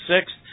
sixth